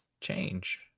change